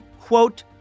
quote